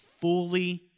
fully